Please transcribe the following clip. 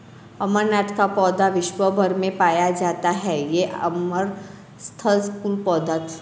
अमरनाथ का पौधा विश्व् भर में पाया जाता है ये अमरंथस कुल का पौधा है